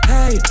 Hey